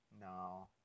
No